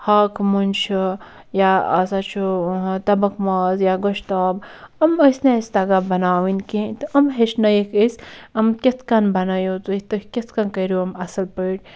ہاکہٕ موٚنٛجہِ چھُ یا ہَسا چھُ تَبَکھ ماز یا گۄشتاب یِم ٲسۍ نہٕ اَسہِ تَگان بَناون کیٚنٛہہ تہٕ یِم ہیٚچھنٲیِکھ أسۍ کِتھٕ کٔنۍ بَنٲیِو تُہۍ تُہۍ کِتھٕ کٔنۍ کٔرِو یِم اصٕل پٲٹھۍ